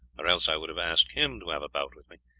or else i would have asked him to have a bout with me.